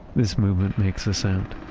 this movement makes a sound.